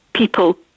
people